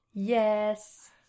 Yes